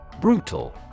Brutal